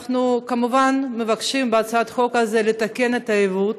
אנחנו כמובן מבקשים בהצעת החוק הזאת לתקן את העיוות,